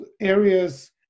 areas